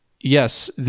yes